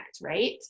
right